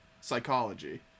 psychology